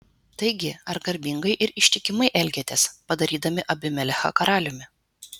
taigi ar garbingai ir ištikimai elgėtės padarydami abimelechą karaliumi